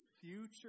future